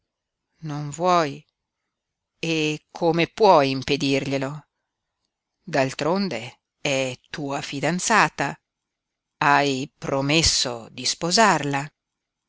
non vuoi e come puoi impedirglielo d'altronde è tua fidanzata hai promesso di sposarla